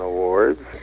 Awards